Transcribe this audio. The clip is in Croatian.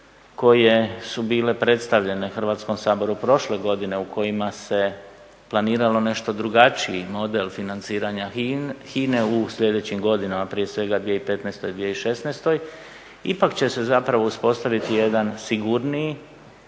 koje su bile predstavljene Hrvatskom saboru prošle godine, u kojima se planirao nešto drugačiji model financiranja HINA-e u sljedećim godinama, prije svega 2015., 2016., ipak će se zapravo uspostaviti jedan sigurniji,